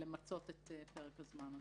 למצות את פרק הזמן הזה.